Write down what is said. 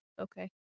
okay